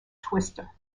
twister